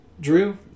Drew